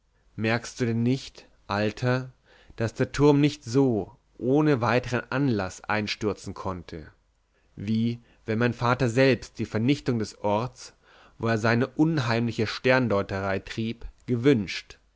merkst du denn nicht alter daß der turm nicht so ohne weitern anlaß einstürzen konnte wie wenn mein vater selbst die vernichtung des orts wo er seine unheimliche sterndeuterei trieb gewünscht